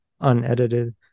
unedited